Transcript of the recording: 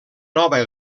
nova